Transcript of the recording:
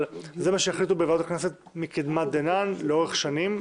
אבל זה מה שהחליטו בוועדת הכנסת מקדמן דנא לאורך שנים,